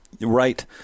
Right